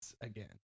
again